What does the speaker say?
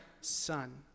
son